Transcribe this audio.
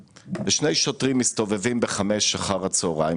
אני מעריך מאוד את שר השיכון,